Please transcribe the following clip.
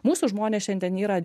mūsų žmonės šiandien yra